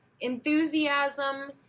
enthusiasm